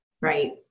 Right